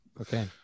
okay